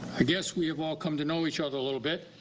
i guess we have all come to know each other little bit.